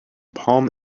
palm